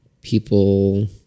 people